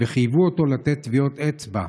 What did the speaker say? וחייבו אותו לתת טביעות אצבע,